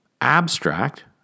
abstract